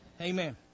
Amen